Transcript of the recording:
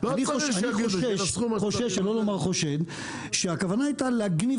אני חושש שלא לומר חושד שהכוונה הייתה להגניב